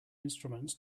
instruments